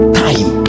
time